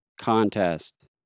contest